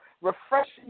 refreshing